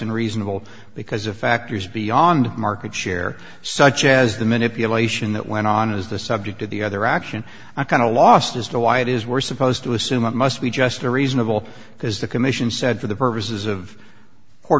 unreasonable because of factors beyond market share such as the manipulation that went on is the subject of the other action i kind of lost as to why it is we're supposed to assume it must be just a reasonable because the commission said for the purposes of